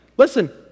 Listen